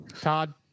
Todd